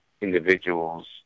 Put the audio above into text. individuals